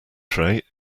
tray